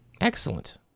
Excellent